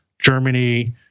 Germany